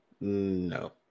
No